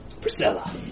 Priscilla